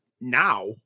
now